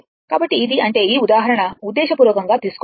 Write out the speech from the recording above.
కాబట్టి ఇది అంటే ఈ ఉదాహరణ ఉద్దేశపూర్వకంగా తీసుకోబడింది